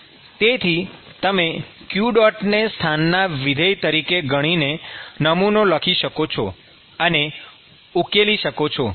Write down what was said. તેથી તમે q ને સ્થાનના વિધેય તરીકે ગણીને નમૂનો લખી શકો છો અને ઉકેલી શકો છો